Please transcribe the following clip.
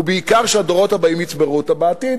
ובעיקר שהדורות הבאים יצברו בעתיד,